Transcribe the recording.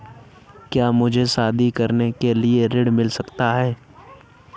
क्या मुझे शादी करने के लिए ऋण मिल सकता है?